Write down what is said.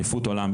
אליפות עולם,